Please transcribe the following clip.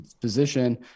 position